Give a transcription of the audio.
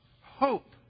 hope